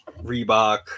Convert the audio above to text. Reebok